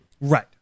Right